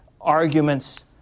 arguments